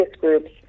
groups